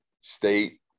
state